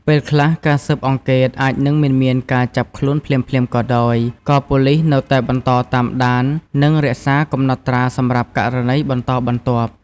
ពេលខ្លះ ការស៊ើបអង្កេតអាចនឹងមិនមានការចាប់ខ្លួនភ្លាមៗក៏ដោយ ក៏ប៉ូលិសនៅតែបន្តតាមដាន និងរក្សាកំណត់ត្រាសម្រាប់ករណីបន្តបន្ទាប់។